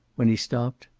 when he stopped